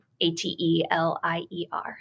A-T-E-L-I-E-R